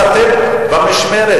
אבל אתם במשמרת,